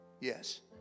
Yes